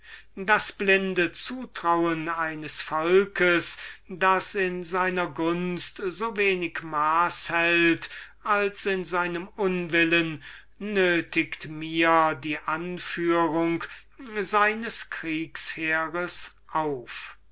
das blinde zutrauen eines volkes das in seiner gunst so wenig maß hält als in seinem unwillen nötigt mir die anführung seines kriegsheers auf